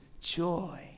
joy